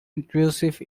intrusive